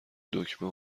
دکمه